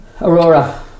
Aurora